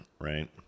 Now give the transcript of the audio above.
right